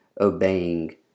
obeying